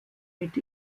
mit